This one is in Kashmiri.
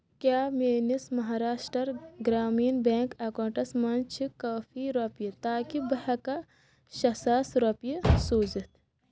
کیٛاہ میٲنِس مہاراشٹرٛا گرٛامیٖن بیٚنٛک اکاونٹَس منٛز چھِ کٲفی رۄپیہِ تاکہِ بہٕ ہٮ۪کا شیٚے ساس رۄپیہِ سوٗزِتھ؟َ